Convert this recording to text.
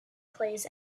plays